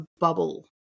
bubble